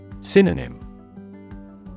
Synonym